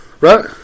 right